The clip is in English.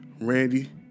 Randy